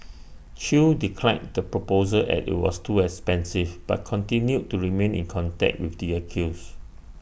chew declined the proposal as IT was too expensive but continued to remain in contact with the accused